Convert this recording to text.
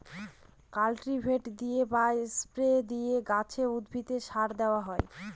cultivator দিয়ে বা spray দিয়ে গাছে, উদ্ভিদে সার দেওয়া হয়